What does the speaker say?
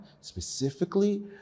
specifically